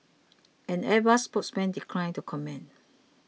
an Airbus spokesman declined to comment